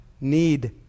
need